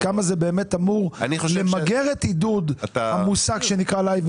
כמה זה באמת אמור למגר את עידוד המושג שנקרא לייב